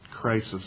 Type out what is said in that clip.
crisis